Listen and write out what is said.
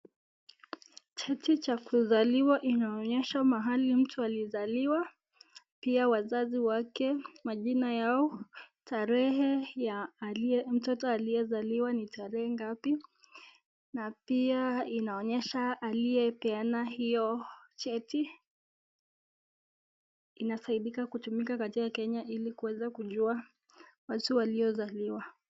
Cheti cha kuzaliwa inaonyesha mahali mtu alizaliwa, pia wazazi wake, majina yao tarehe ya mtoto aliyezaliwa ni tarehe ngapi na pia inaonyesha aliyepeana hiyo cheti. Inasaidika kutumika katika Kenya ili kuweza kujua watu waliozaliwa.